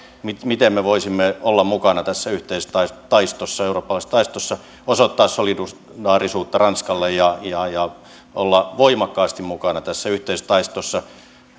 miten miten me voisimme olla mukana tässä yhteistaistossa eurooppalaistaistossa osoittaa solidaarisuutta ranskalle ja olla voimakkaasti mukana tässä yhteistaistossa